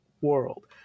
world